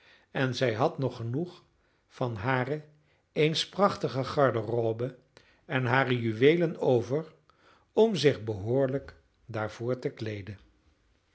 en zij had nog genoeg van hare eens prachtige garderobe en hare juweelen over om zich behoorlijk daarvoor te kleeden